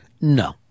No